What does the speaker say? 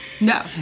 No